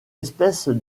espèce